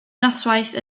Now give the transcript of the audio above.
noswaith